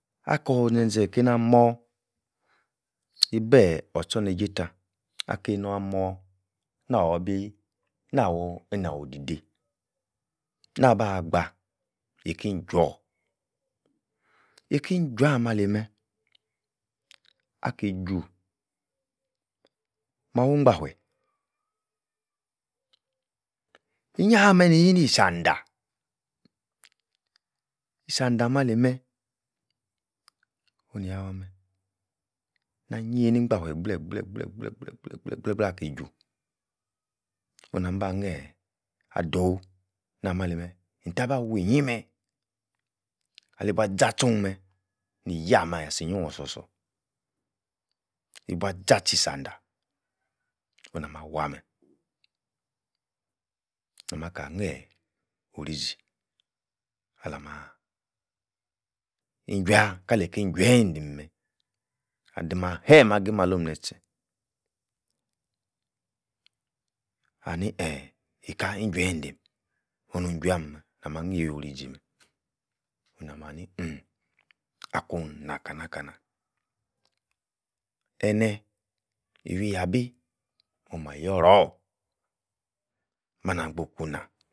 Akor-zen-zen keina-mor. ibeh-or-tchorneijei tah akie-nor ah-mor nor-bi nawor odidei naba-gbas. eiki-chwor. eikei-chwor ah-meh ali-meh. aki-ju. mah wu-ngbafueh. inya-haaah ah-meh-ni-yii ni sandah. sandah ah-meh ali-meh. onu-nia wah meh na-niyi ni-ngafueh gbleh-gbleh-gbleh-gbleh-gbleh-gbleh aki-ju. onu-na-mah ba eeeeh. adoh nah-mah timeh. inttabawui-nyi meh. ali-bua za-tchua meh. ni-yah-meh asi-onyio osor-sor ibua za-tchi sandah onah-mah-wah-meh nah-mah ka eeeh orizi alah-mah ijuah. kaleiki jue-midim-eh. adimi ah-he-meh ahim alo'm neh-ise, ani-eeeh eika ijue-dim, onu-juam-meh namah nhi-iwui-onzi meh, ona-mah-ni uhmm akun-nakana-kana eineh, iwui-yabi mo-mah yoror, ma-na kpo kuna?